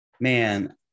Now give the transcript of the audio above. Man